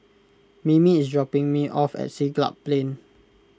Mimi is dropping me off at Siglap Plain